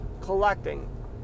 collecting